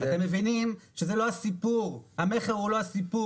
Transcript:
אתם מבינים שזה לא הסיפור, המכר הוא לא הסיפור.